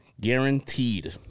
guaranteed